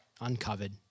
uncovered